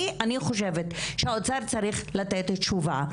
אני חושבת שהאוצר צריך לתת תשובה.